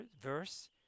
verse